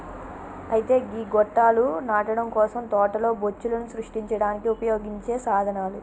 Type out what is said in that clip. అయితే గీ గొట్టాలు నాటడం కోసం తోటలో బొచ్చులను సృష్టించడానికి ఉపయోగించే సాధనాలు